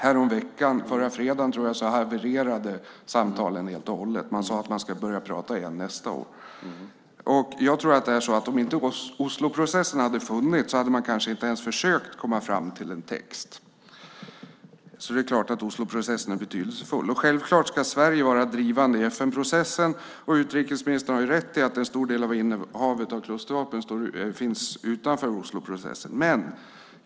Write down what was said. Häromveckan, jag tror det var förra fredagen, havererade samtalen helt och hållet. Man sade att man ska börja tala igen nästa år. Jag tror att om Osloprocessen inte hade funnits hade man kanske inte ens försökt komma fram till en text. Det är klart att Osloprocessen är betydelsefull. Självklart ska Sverige vara drivande i FN-processen, och utrikesministern har rätt i att en stor del av innehavet av klustervapen finns utanför Osloprocessen.